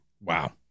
Wow